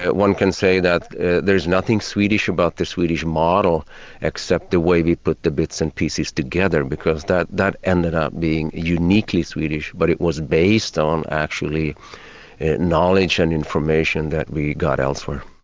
ah one can say that there is nothing swedish about the swedish model except the way we put the bits and pieces together because that that ended up being uniquely swedish, but it was based on actually knowledge and information that we got elsewhere.